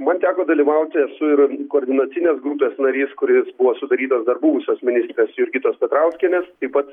man teko dalyvauti esu ir koordinacinės grupės narys kuris buvo sudarytas dar buvusios ministrės jurgitos petrauskienės taip pat